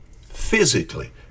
physically